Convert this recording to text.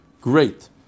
Great